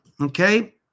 Okay